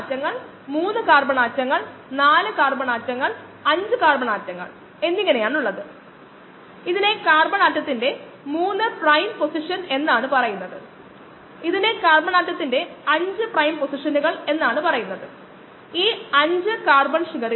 NADH fluorescent ആണ് NAD അല്ല NADH ന്റെ അളവ് കോശങ്ങളുടെ സാന്ദ്രതയുടെ നേരിട്ടുള്ള സൂചനയാണ് NADH ഫ്ലൂറസെൻസ് ഉയർന്നത് കോശങ്ങളുടെ സാന്ദ്രതയേക്കാൾ കൂടുതലാണ്